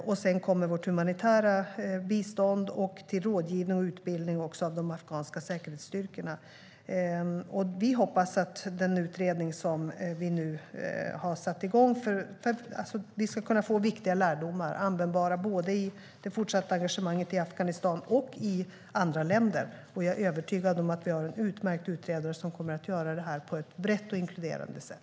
Därtill kommer vårt humanitära bistånd och vår rådgivning och utbildning för de afghanska säkerhetsstyrkorna. Vi hoppas att den utredning som vi nu har satt igång ska ge oss lärdomar som blir användbara både i det fortsatta engagemanget i Afghanistan och i andra länder. Jag är övertygad om att vi har en utmärkt utredare som kommer att göra det här på ett brett och inkluderande sätt.